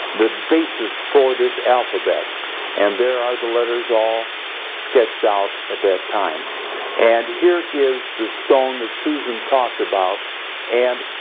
the basis for this alphabet and there are the letters all sketched out at that time and here is the stone that susan talked about and